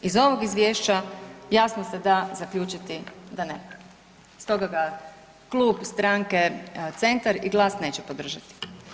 Iz ovog izvješća jasno se da zaključiti da ne valja, stoga ga Klub stranke Centar i GLAS neće podržati.